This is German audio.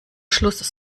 schluss